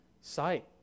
sight